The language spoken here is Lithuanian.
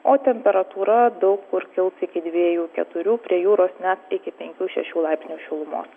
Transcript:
o temperatūra daug kur kils iki dviejų keturių prie jūros ne iki penkių šešių laipsnių šilumos